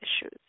issues